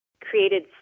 created